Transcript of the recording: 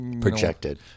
projected